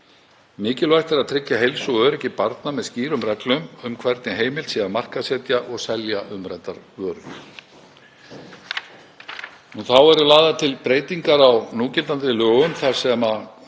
Mikilvægt er að tryggja heilsu og öryggi barna með skýrum reglum um hvernig heimilt sé að markaðssetja og selja umræddar vörur. Þá eru lagðar til breytingar á núgildandi lögum þar